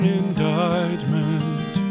indictment